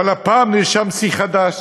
אבל הפעם נרשם שיא חדש.